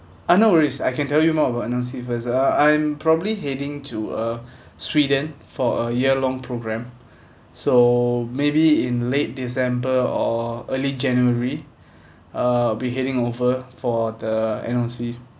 uh no worries I can tell you more about N_O_C first uh I'm probably heading to uh sweden for a year long program so maybe in late december or early january uh I will be heading over for the N_O_C